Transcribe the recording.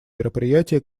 мероприятия